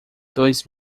dois